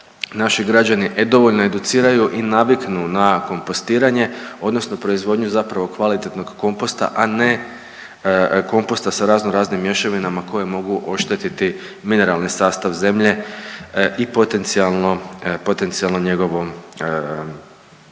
naši građani e dovoljno educiraju i naviknu na kompostiranje odnosno proizvodnju zapravo kvalitetnog komposta, a ne komposta sa razno raznim mješavinama koje mogu oštetiti mineralni sastav zemlje i potencijalno i